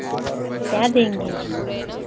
क्या देंगे